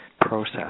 process